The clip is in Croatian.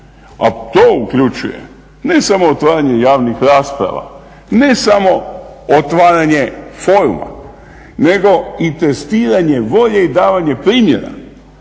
a to uključuje ne samo otvaranje javnih rasprave, ne samo otvaranje foruma nego i testiranje volje i davanje primjera